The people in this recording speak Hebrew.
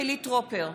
חילי טרופר,